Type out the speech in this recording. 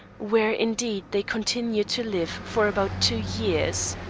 where, indeed, they continued to live for about two years.